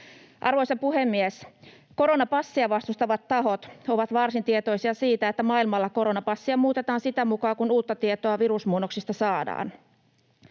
Arvoisa puhemies! Koronapassia vastustavat tahot ovat varsin tietoisia siitä, että maailmalla koronapassia muutetaan sitä mukaa kuin uutta tietoa virusmuunnoksista saadaan.